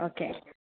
okay